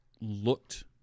looked